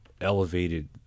elevated